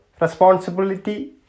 Responsibility